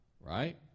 right